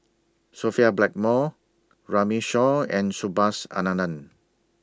Sophia Blackmore Runme Shaw and Subhas Anandan